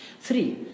Three